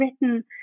written